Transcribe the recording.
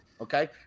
Okay